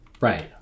Right